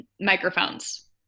microphones